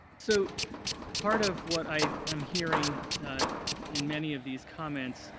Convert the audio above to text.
so part of what i am hearing in many of these comments,